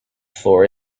floor